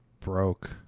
broke